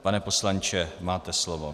Pane poslanče, máte slovo.